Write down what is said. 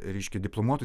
reiškia diplomuotų